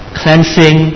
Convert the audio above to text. cleansing